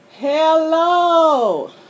Hello